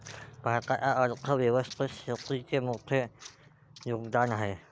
भारताच्या अर्थ व्यवस्थेत शेतीचे मोठे योगदान आहे